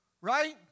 right